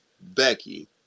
Becky